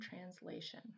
translation